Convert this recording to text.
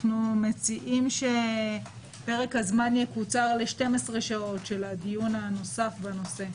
אנחנו מציעים שפרק הזמן יקוצר ל-12 שעות של הדיון הנוסף בנושא